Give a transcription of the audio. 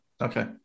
Okay